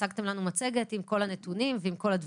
הצגתם לנו מצגת עם כל הנתונים והדברים.